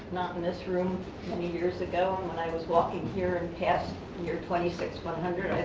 not in this room, many years ago. and when i was walking here and passed near twenty six one hundred,